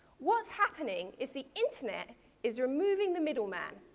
what's happening is the internet is removing the middleman,